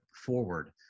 forward